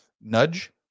Nudge